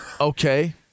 Okay